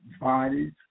bodies